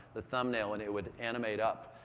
the thumbnail, and it would animate up.